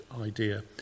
idea